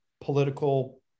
political